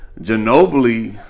Ginobili